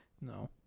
No